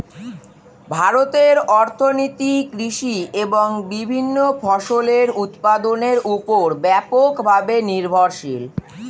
ভারতের অর্থনীতি কৃষি এবং বিভিন্ন ফসলের উৎপাদনের উপর ব্যাপকভাবে নির্ভরশীল